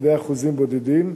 לכדי אחוזים בודדים,